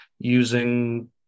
using